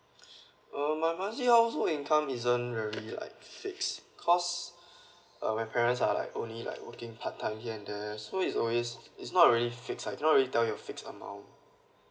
uh my monthly household income isn't very like fixed cause uh my parents are like only like working part time here and there so is always it's not very fixed lah cannot really tell you fixed amount